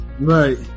Right